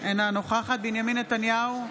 אינה נוכחת בנימין נתניהו,